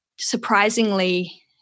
surprisingly